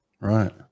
right